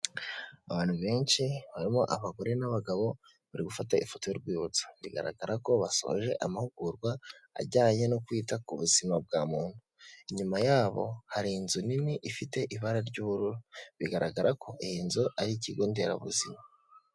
Abantu benshi barimo abagore n'abagabo bari gufata ifoto y'urwibutso, bigaragara ko basoje amahugurwa ajyanye no kwita ku buzima bwa muntu. Inyuma yabo hari inzu nini ifite ibara ry'ubururu, bigaragara ko iyi nzu ari ikigo nderabuzima.